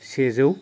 सेजौ